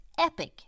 epic